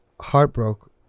heartbroken